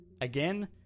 Again